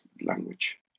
language